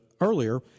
earlier